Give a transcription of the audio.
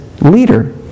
leader